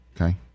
okay